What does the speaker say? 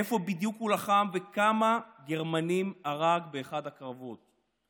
איפה בדיוק הוא לחם וכמה גרמנים הרג באחד הקרבות,